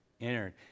entered